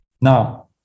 Now